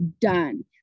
done